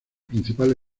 principal